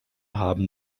haben